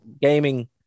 gaming